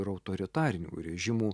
ir autoritarinių režimų